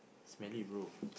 smelly bro